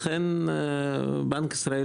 לכן בנק ישראל